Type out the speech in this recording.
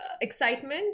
Excitement